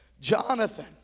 Jonathan